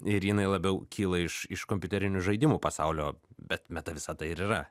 ir jinai labiau kyla iš iš kompiuterinių žaidimų pasaulio bet meta visata ir yra